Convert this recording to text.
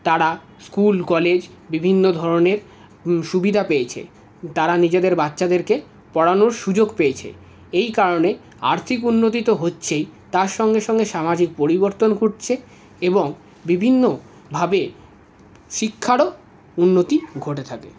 তারা school college বিভিন্ন ধরনের সুবিধা পেয়েছে তারা নিজেদের বাচ্চাদেরকে পড়ানোর সুযোগ পেয়েছে এই কারণে আর্থিক উন্নতি তো হচ্ছেই তার সঙ্গে সঙ্গে সামাজিক পরিবর্তন ঘটছে এবং বিভিন্নভাবে শিক্ষারও উন্নতি ঘটে থাকে